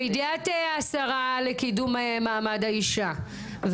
לידיעת השרה לקידום מעמד האישה,